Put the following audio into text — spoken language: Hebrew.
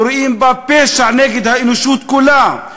ורואים בה פשע נגד האנושות כולה,